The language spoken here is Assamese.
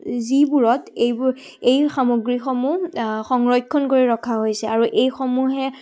যিবোৰত এইবোৰ এই সামগ্ৰীসমূহ সংৰক্ষণ কৰি ৰখা হৈছে আৰু এইসমূহে